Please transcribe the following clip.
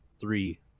three